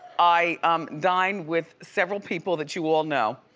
i um dined with several people that you all know,